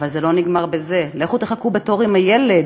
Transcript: אבל זה לא נגמר בזה, לכו תחכו בתור עם הילד,